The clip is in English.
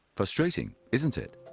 frustrating, isn't it?